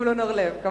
וזבולון אורלב.